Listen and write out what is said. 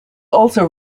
also